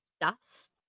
dust